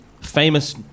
famous